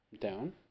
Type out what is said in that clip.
Down